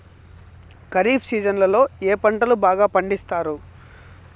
ఖరీఫ్ సీజన్లలో ఏ పంటలు బాగా పండిస్తారు